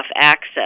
access